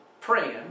praying